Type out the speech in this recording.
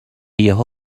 یهو